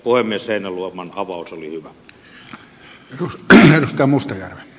puhemies heinäluoman avaus oli hyvä